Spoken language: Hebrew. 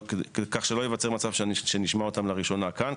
כך שלא ייווצר מצב שנשמע אותם לראשונה כאן.